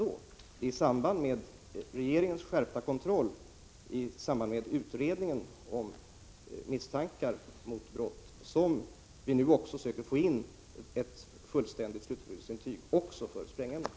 Det är i samband med regeringens skärpta kontroll på grund av utredning om misstankar om brott som vi nu också försöker få in ett fullständigt slutförbrukningsintyg också för sprängämnen.